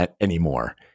anymore